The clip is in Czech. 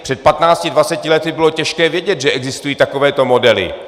Před 15, 20 lety bylo těžké vědět, že existují takovéto modely.